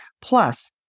Plus